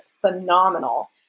phenomenal